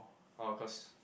oh cause